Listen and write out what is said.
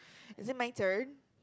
is it my turn